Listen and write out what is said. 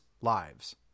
lives